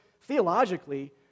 theologically